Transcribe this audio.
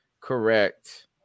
correct